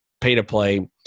pay-to-play